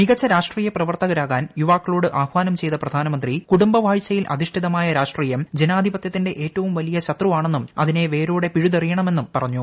മികച്ച രാഷ്ട്രീയ പ്രവർത്ത്കരാകാൻ യുവാക്കളോട് ആഹ്വാനം ചെയ്ത പ്രധാനമന്ത്രി കുടുംബവാഴ്ചയിൽ അധിഷ്ഠിതമായ രാഷ്ട്രീയം ജനാധിപത്യത്തിന്റെ ഏറ്റവും വലിയ ശത്രുവാണെന്നും അതിനെ വേരോടെ പിഴുതെറിയണമെന്നും പറഞ്ഞു